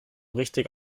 richtig